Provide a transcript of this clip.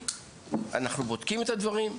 אנחנו כבר רואים את זה,